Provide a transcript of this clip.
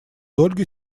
ольгой